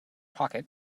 pocket